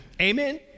Amen